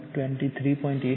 8KVA apparent power છે